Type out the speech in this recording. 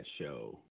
show